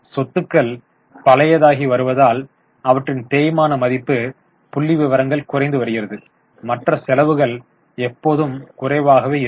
சொத்துக்கள் பழையதாகி வருவதால் அவற்றின் தேய்மான மதிப்பு புள்ளிவிவரங்கள் குறைந்து வருகிறது மற்ற செலவுகள் எப்போதும் குறைவாகவே இருக்கும்